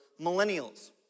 millennials